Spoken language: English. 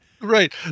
Right